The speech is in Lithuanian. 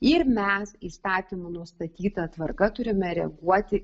ir mes įstatymų nustatyta tvarka turime reaguoti